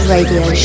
Radio